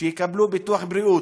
ביטוח בריאות.